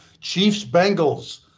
Chiefs-Bengals